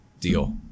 Deal